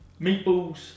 meatballs